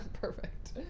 Perfect